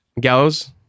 Gallows